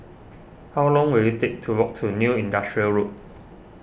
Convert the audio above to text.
how long will it take to walk to New Industrial Road